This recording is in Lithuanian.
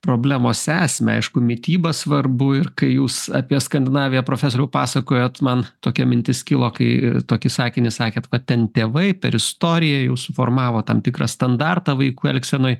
problemos esmę aišku mityba svarbu ir kai jūs apie skandinaviją profesoriau pasakojot man tokia mintis kilo kai tokį sakinį sakėt vat ten tėvai per istoriją jau suformavo tam tikrą standartą vaikų elgsenoj